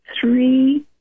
three